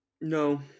no